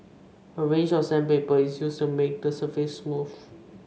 a range of sandpaper is used to make the surface smooth